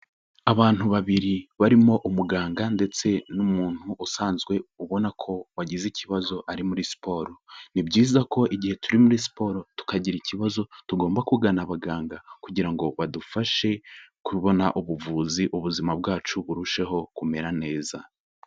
Abantu babiri barimo umuganga ndetse n'umuntu usanzwe, ubona ko wagize ikibazo ari muri siporo. Ni byiza ko igihe turi muri siporo tukagira ikibazo, tugomba kugana abaganga kugira ngo badufashe kubona ubuvuzi ubuzima bwacu burusheho kumera neza.